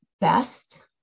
best